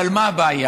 אבל מה הבעיה?